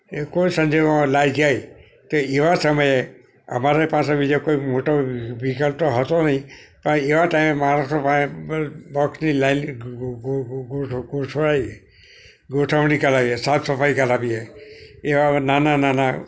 એ કોઈ સંજોગોમાં લાઇટ જાય તો એવા સમયે અમારી પાસે બીજા કોઈ મોટો વિકલ્પ તો હતો નહીં પણ એવા ટાઈમે માણસો પાસે બોક્સની લાઇન ગોસ હોય ગોઠવણી કરાવીએ સાફ સફાઈ કરાવીએ એવા નાના નાના